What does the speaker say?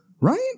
Right